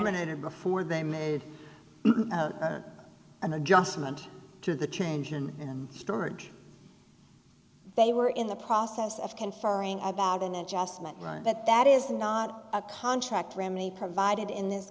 terminated before they made an adjustment to the change and storage they were in the process of conferring about an adjustment right but that is not a contract remedy provided in this